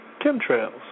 chemtrails